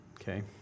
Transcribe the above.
okay